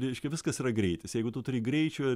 reiškia viskas yra greitis jeigu tu turi greičio